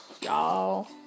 y'all